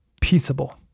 peaceable